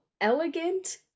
elegant